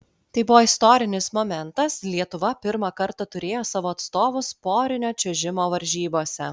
tai buvo istorinis momentas lietuva pirmą kartą turėjo savo atstovus porinio čiuožimo varžybose